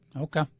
Okay